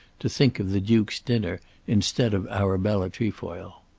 to think of the duke's dinner instead of arabella trefoil.